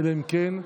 קואליציה,